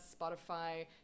Spotify